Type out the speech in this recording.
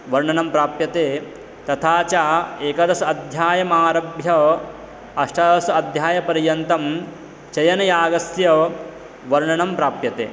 वर्णनं प्राप्यते तथा च एकादश अध्यायमारभ्य अष्टादश अध्यायपर्यन्तं सेनयागस्य वर्णनं प्राप्यते